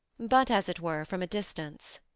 but, as it were, from a distance.